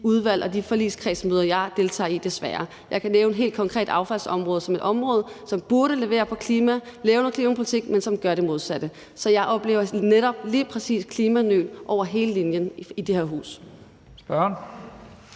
udvalg og de forligskredsmøder, jeg deltager i, desværre ikke. Jeg kan helt konkret nævne affaldsområdet som et område, som burde levere på klimaområdet og lave noget klimapolitik, men som gør det modsatte. Så jeg oplever netop lige præcis klimanøl over hele linjen i det her hus. Kl.